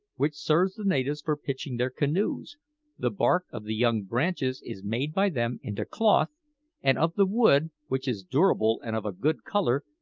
which serves the natives for pitching their canoes the bark of the young branches is made by them into cloth and of the wood, which is durable and of a good colour,